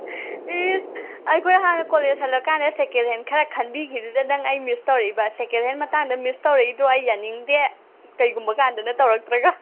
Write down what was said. ꯏꯁ ꯑꯩꯈꯣꯏ ꯍꯥꯟꯅ ꯀꯣꯂꯦꯖ ꯍꯜꯂꯛꯑꯀꯥꯟꯗ ꯁꯦꯀꯦꯟ ꯍꯦꯟ ꯈꯔ ꯈꯟꯕꯤꯈꯤꯕꯗꯨꯗ ꯅꯪ ꯑꯩ ꯃꯤꯁ ꯇꯧꯔꯛꯏꯕ ꯁꯦꯀꯦꯟ ꯍꯦꯟ ꯃꯇꯥꯡꯗ ꯃꯤꯁ ꯇꯧꯔꯛꯏꯗꯣ ꯑꯩ ꯌꯥꯅꯤꯡꯗꯦ ꯀꯩꯒꯨꯝꯕ ꯀꯥꯟꯗꯅ ꯇꯧꯔꯛꯇ꯭ꯔꯒ